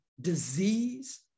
disease